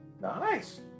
Nice